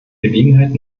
gelegenheit